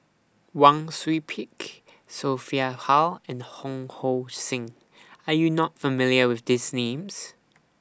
Wang Sui Pick Sophia Hull and Ho Hong Sing Are YOU not familiar with These Names